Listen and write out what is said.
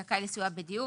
טרופר,